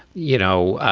you know,